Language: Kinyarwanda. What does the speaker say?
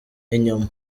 inyuma